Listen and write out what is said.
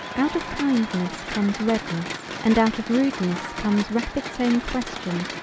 out of kindness comes redness and out of rudeness comes rapid same question,